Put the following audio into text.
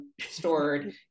stored